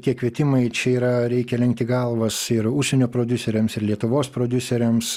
tie kvietimai čia yra reikia lenkti galvas ir užsienio prodiuseriams ir lietuvos prodiuseriams